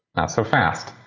not so fast.